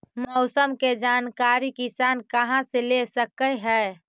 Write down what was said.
मौसम के जानकारी किसान कहा से ले सकै है?